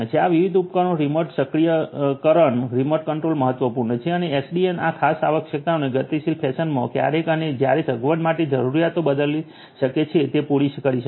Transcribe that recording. આ વિવિધ ઉપકરણોનું રીમોટ સક્રિયકરણ રીમોટ કંટ્રોલ મહત્વપૂર્ણ છે અને એસડીએન આ ખાસ આવશ્યકતાને ગતિશીલ ફેશનમાં ક્યારે અને જ્યારે સગવડ માટે જરૂરીયાતો બદલી શકે છે તે પૂરી કરી શકે છે